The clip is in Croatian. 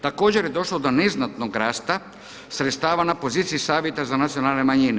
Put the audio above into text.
Također je došlo do neznatnog rasta sredstava na poziciji Savjeta za nacionalne manjine.